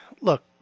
look